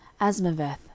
Asmaveth